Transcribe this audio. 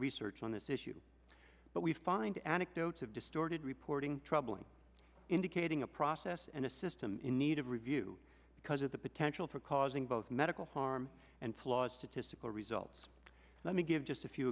research on this issue but we find anecdotes of distorted reporting troubling indicating a process and a system in need of review because of the potential for causing both medical harm and flaws to to cicle results let me give just a few